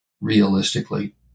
realistically